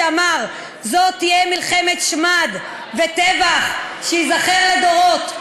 שאמר: זאת תהיה מלחמת שמד וטבח שייזכר לדורות,